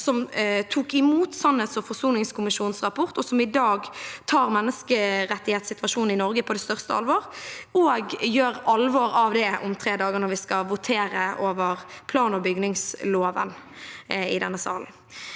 som tok imot sannhets- og forsoningskommisjonens rapport, og som i dag tar menneskerettighetssituasjonen i Norge på det største alvor, gjøre alvor av dette om tre dager når vi skal votere over plan- og bygningsloven i denne salen.